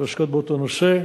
ועוסקות באותו נושא.